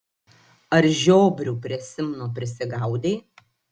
ar žiobrių prie simno prisigaudei